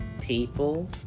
people